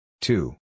Two